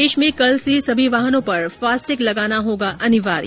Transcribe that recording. देश में कल से सभी वाहनों पर फास्टैग लगाना होगा अनिवार्य